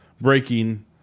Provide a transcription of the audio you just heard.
breaking